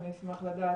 אני אשמח לדעת,